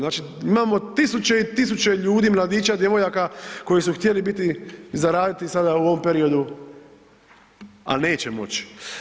Znači, imamo tisuće i tisuće ljudi, mladića, djevojaka, koji su htjeli biti i zaraditi sada u ovom periodu, a neće moć.